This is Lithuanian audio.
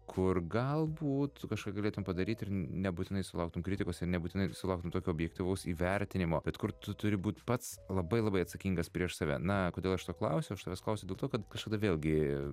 kur galbūt tu kažką galėtum padaryt ir nebūtinai sulauktum kritikos ir nebūtinai sulauktum tokio objektyvaus įvertinimo bet kur tu turi būt pats labai labai atsakingas prieš save na kodėl aš to klausiu aš tavęs klausiu dėl to kad kažkada vėlgi